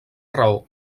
raó